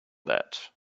that